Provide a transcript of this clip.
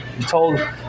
told